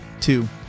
two